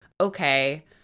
Okay